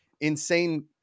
insane